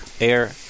Air